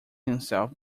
himself